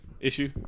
issue